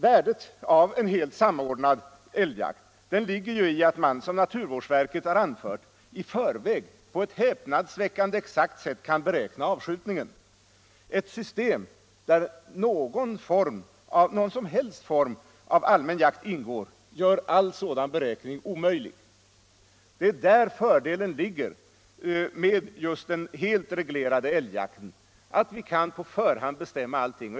Värdet av en helt samordnad älgjakt ligger i att man, såsom naturvårdsverket har anfört, i förväg på ett häpnadsväckande exakt sätt kan beräkna avskjutningen. Ett system, där någon som helst form av allmän jakt ingår, gör all sådan beräkning omöjlig. Fördelen med den helt reglerade älgjakten ligger just i att vi kan på förhand bestämma allting.